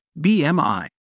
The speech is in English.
BMI